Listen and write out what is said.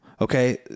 okay